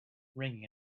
ringing